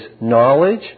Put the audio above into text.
knowledge